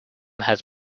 has